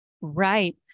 Right